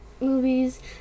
movies